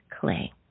clay